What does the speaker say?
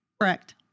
Correct